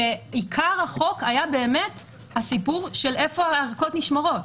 עיקר החוק היה באמת הסיפור איפה הערכות נשמרות,